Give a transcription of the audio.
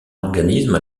organisme